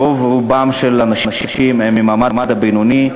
רוב האנשים הם מהמעמד הבינוני,